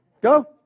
Go